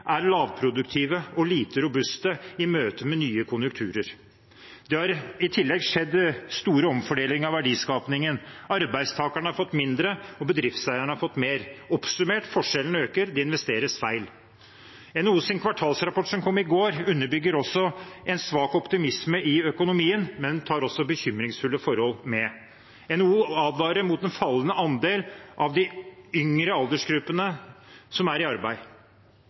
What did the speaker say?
er lavproduktive og lite robuste i møte med nye konjunkturer. Det har i tillegg skjedd store omfordelinger av verdiskapingen. Arbeidstakerne har fått mindre, og bedriftseierne har fått mer. Oppsummert: Forskjellene øker – det investeres feil. NHOs kvartalsrapport som kom i går, underbygger også en svak optimisme i økonomien, men tar også med bekymringsfulle forhold. NHO advarer mot at en fallende andel av de yngre aldersgruppene er i arbeid.